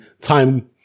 time